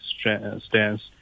stance